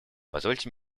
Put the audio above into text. позвольте